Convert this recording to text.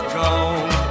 gone